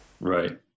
Right